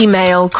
Email